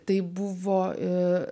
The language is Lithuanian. taip buvo ir